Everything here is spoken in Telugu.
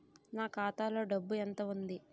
నా ఖాతాలో డబ్బు ఎంత ఉంది?